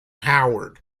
howard